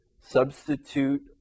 substitute